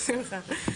בשמחה.